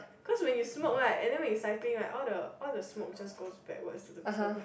cause when you smoke right and then we cycling right all the all the smoke just go backward to the people behind